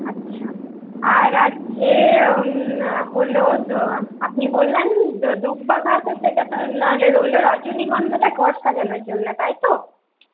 আচ্ছা আর আছে হলো আপনি বললেন দূর্বা ঘাস আছে সেটা তো নাহলে হলো রজনীগন্ধাটা ঘর সাজানোর জন্যে তাই তো